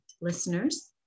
listeners